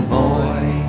boy